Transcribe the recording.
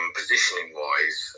Positioning-wise